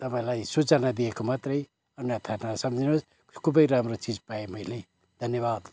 तपाईँलाई सूचना दिएको मात्रै अन्यथा नसम्झिनुहोस् खुबै राम्रो चिज पाएँ मैले धन्यवाद